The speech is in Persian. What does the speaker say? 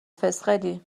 فسقلی